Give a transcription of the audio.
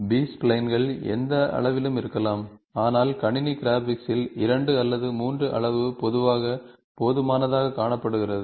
B ஸ்ப்லைன்கள் எந்த அளவிலும் இருக்கலாம் ஆனால் கணினி கிராபிக்ஸ் இல் 2 அல்லது 3 அளவு பொதுவாக போதுமானதாகக் காணப்படுகிறது